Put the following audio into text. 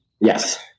Yes